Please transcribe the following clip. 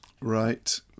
Right